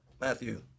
Matthew